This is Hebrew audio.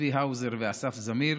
צבי האוזר ואסף זמיר,